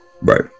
right